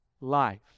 life